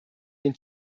den